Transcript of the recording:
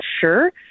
sure